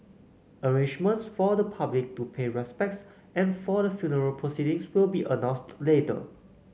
arrangements for the public to pay respects and for the funeral proceedings will be announced later